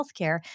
healthcare